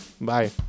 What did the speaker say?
Bye